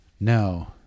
No